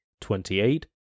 twenty-eight